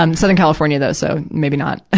um southern california, those, so, maybe not. ah